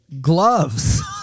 gloves